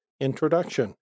Introduction